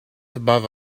above